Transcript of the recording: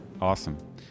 Awesome